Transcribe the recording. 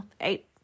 eight